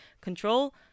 control